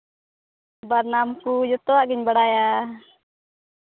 ᱵᱟᱱᱟᱢ ᱠᱚ ᱡᱚᱛᱚᱣᱟᱜ ᱜᱤᱧ ᱵᱟᱲᱟᱭᱟ